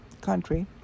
country